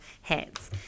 hats